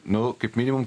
nu kaip minimum